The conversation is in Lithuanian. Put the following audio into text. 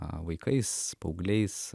vaikais paaugliais